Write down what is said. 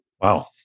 Wow